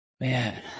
man